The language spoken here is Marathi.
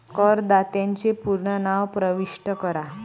करदात्याचे पूर्ण नाव प्रविष्ट करा